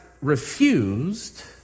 refused